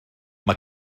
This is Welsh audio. mae